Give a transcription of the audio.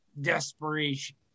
desperation